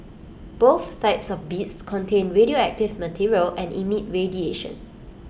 both types of beads contain radioactive material and emit radiation